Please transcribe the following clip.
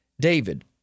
David